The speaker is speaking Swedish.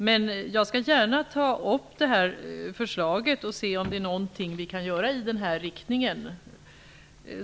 Men jag vill gärna ta upp frågan och se om det finns något vi kan göra i den riktningen.